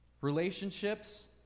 relationships